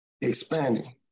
expanding